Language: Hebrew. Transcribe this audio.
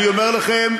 אני אומר לכם,